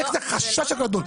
איך זה החשש הגדול?